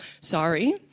sorry